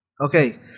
Okay